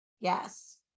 Yes